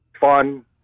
fun